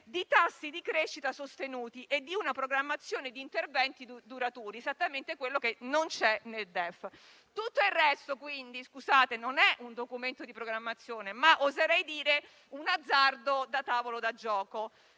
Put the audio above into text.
di tassi di crescita sostenuti e di una programmazione di interventi duraturi, esattamente quello che non c'è nel DEF. Scusate, ma tutto il resto non è un documento di programmazione ma, oserei dire, un azzardo da tavolo da gioco.